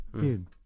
Dude